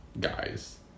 guys